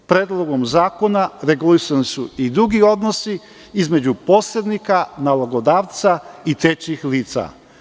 Predlogom zakona regulisani su i drugi odnosi između posrednika, nalogodavca i trećih lica.